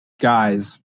guys